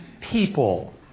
people